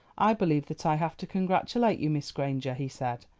i believe that i have to congratulate you, miss granger, he said,